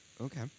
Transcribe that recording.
Okay